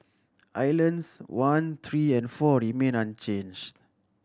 islands one three and four remained unchanged